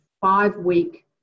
five-week